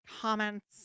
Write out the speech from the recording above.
comments